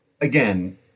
again